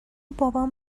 بابام